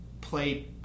play